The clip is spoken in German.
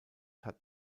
hat